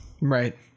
right